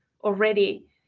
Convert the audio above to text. already